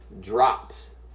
drops